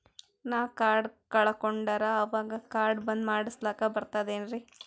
ನಾನು ಕಾರ್ಡ್ ಕಳಕೊಂಡರ ಅವಾಗ ಕಾರ್ಡ್ ಬಂದ್ ಮಾಡಸ್ಲಾಕ ಬರ್ತದೇನ್ರಿ?